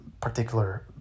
particular